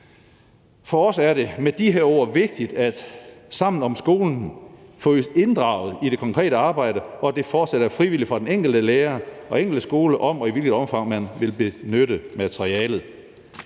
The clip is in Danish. For os er det med de her ord vigtigt, at Sammen om skolen bliver inddraget i det konkrete arbejde, og at det fortsat er frivilligt for den enkelte lærer og enkelte skole, om og i hvilket omfang man vil benytte materialet.